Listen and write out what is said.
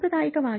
ಸಾಂಪ್ರದಾಯಿಕವಾಗಿ